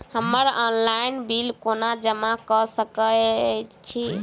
हम्मर online bill कोना जमा कऽ सकय छी?